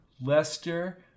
Lester